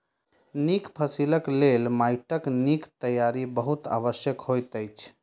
नीक फसिलक लेल माइटक नीक तैयारी बहुत आवश्यक होइत अछि